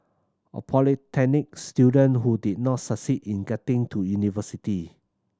a polytechnic student who did not succeed in getting to university